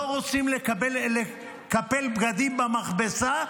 לא רוצים לקפל בגדים במכבסה,